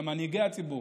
כמנהיגי הציבור,